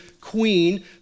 queen